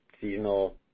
seasonal